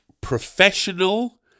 professional